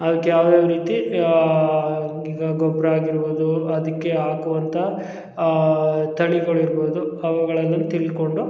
ಅದಕ್ಕೆ ಯಾವ ಯಾವ ರೀತಿ ಈಗ ಗೊಬ್ಬರ ಆಗಿರ್ಬೋದು ಅದಕ್ಕೆ ಹಾಕುವಂಥ ತಳಿಗಳಿರ್ಬೋದು ಅವುಗಳನ್ನು ತಿಳ್ಕೊಂಡು